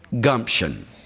Gumption